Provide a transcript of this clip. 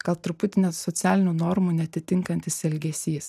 gal truputį net socialinių normų neatitinkantis elgesys